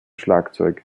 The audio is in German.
schlagzeug